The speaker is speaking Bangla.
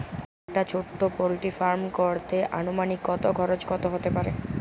একটা ছোটো পোল্ট্রি ফার্ম করতে আনুমানিক কত খরচ কত হতে পারে?